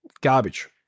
garbage